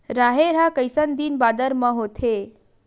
राहेर ह कइसन दिन बादर म होथे?